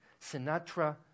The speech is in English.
Sinatra